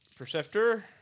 Perceptor